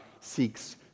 seeks